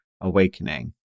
awakening